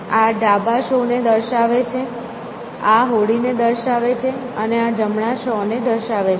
આ ડાબા શો ને દર્શાવે છે આ હોડીને દર્શાવે છે અને આ જમણા શો ને દર્શાવે છે